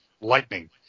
lightning